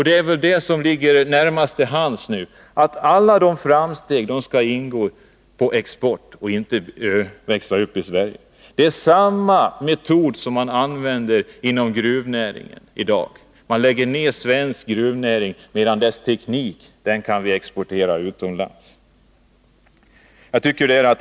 Det som nu ligger närmast till hands är att alla framsteg skall gå på export och inte växa upp i Sverige. Det är samma metod som används när det gäller gruvnäringen i dag —- man lägger ner svensk gruvindustri medan dess teknik exporteras till utlandet.